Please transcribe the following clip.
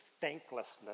thanklessness